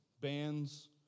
bands